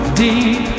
deep